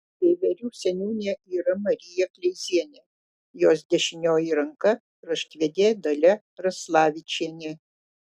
veiverių seniūnė yra marija kleizienė jos dešinioji ranka raštvedė dalia raslavičienė